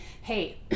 hey